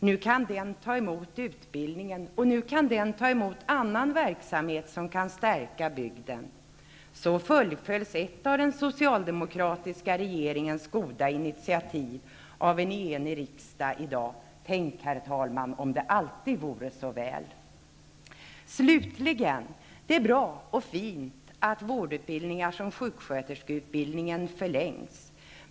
Nu kan den ta emot utbildningen, och nu kan den ta emot annan verksamhet som kan stärka bygden. Så fullföljs ett av den socialdemokratiska regeringens goda initiativ av en enig riksdag i dag. Tänk, herr talman, om det alltid vore så väl! Slutligen är det bra och fint att vårdutbildningar som sjuksköterskeutbildningen förlängs.